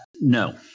no